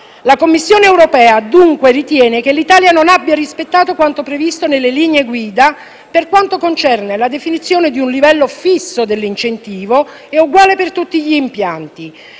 La Commissione europea dunque ritiene che l'Italia non abbia rispettato quanto previsto dalle linee guida per quanto concerne la definizione di un livello fisso dell'incentivo e uguale per tutti gli impianti,